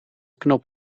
knop